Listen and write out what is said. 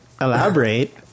Elaborate